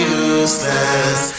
useless